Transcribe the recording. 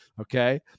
okay